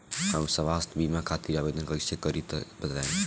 हम स्वास्थ्य बीमा खातिर आवेदन कइसे करि तनि बताई?